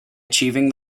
achieving